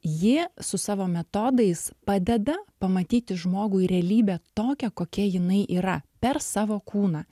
ji su savo metodais padeda pamatyti žmogų ir realybę tokią kokia jinai yra per savo kūną